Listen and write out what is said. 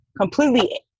completely